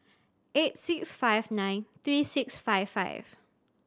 eight six five nine three six five five